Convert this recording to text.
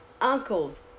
uncles